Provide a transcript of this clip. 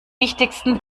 wichtigsten